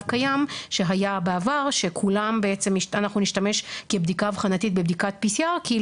הקיים שהיה בעבר שאנחנו נשתמש כבדיקה אבחנתית בבדיקת PCR כי היא